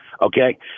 okay